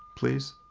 please.